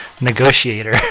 negotiator